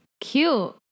cute